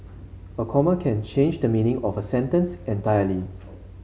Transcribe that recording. a comma can change the meaning of a sentence entirely